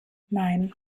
nein